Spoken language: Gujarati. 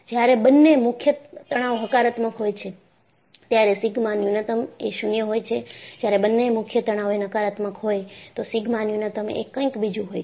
જ્યારે બંને મુખ્ય તણાવ હકારાત્મક હોય છે ત્યારે સિગ્મા ન્યૂનતમ એ 0 હોય છે જ્યારે બંને મુખ્ય તણાવ એ નકારાત્મક હોય તો સિગ્મા ન્યૂનતમ એ કંઈક બીજું હોય છે